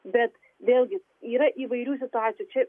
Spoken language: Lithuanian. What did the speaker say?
bet vėlgi yra įvairių situacijų čia